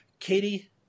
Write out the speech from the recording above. Katie